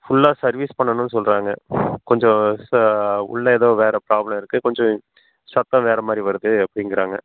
ஃபுல்லாக சர்வீஸ் பண்ணணும்னு சொல்கிறாங்க கொஞ்சம் உள்ளே ஏதோ வேறு ப்ராபளம் இருக்குது கொஞ்சம் சத்தம் வேறு மாதிரி வருது அப்டிங்கிறாங்க